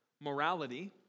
Morality